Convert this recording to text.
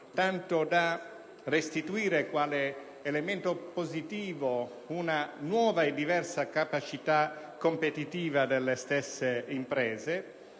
tanto da restituire, quale elemento positivo, una nuova e diversa capacità competitiva delle stesse imprese;